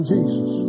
Jesus